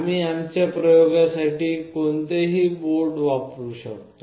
आम्ही आमच्या प्रयोगासाठी कोणताही एक बोर्ड वापरू शकतो